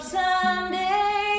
someday